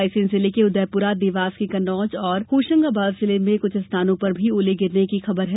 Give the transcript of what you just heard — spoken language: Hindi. रायसेन जिले के उदयपुरा देवास के कन्नौज और होशंगाबाद जिले में कुछ स्थानों पर भी ओले गिरने की खबर है